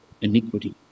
iniquity